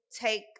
take